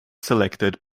selected